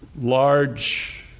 Large